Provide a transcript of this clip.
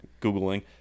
Googling